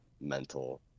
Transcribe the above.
mental